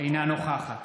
אינה נוכחת